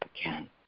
again